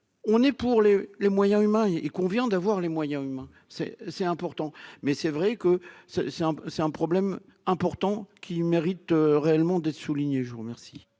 on est pour les les moyens humains, il convient d'avoir les moyens humains, c'est, c'est important, mais c'est vrai que c'est c'est un, c'est un problème important qui mérite réellement d'être souligné, je vous remercie.